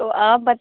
تو آپ